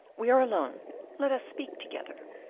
we are alone let us speak together.